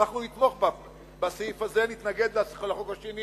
אנחנו נתמוך בסעיף הזה, נתנגד לחוק השני